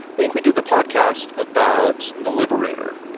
i think we did the podcast about the liberator,